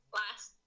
last